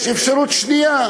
יש אפשרות שנייה,